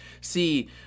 see